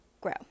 grow